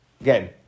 again